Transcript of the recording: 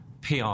PR